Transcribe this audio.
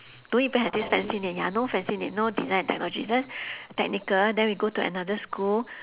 don't even have this fancy name ya no fancy name no design and technology just technical then we go to another school